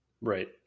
Right